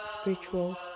spiritual